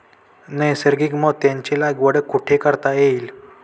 नैसर्गिक मोत्यांची लागवड कुठे करता येईल?